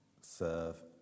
serve